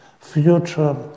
future